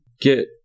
get